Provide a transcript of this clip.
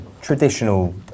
traditional